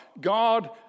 God